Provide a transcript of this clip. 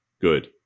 good